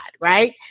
right